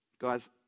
Guys